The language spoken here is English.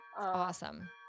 Awesome